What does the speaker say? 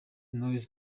knowless